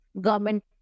government